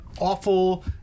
awful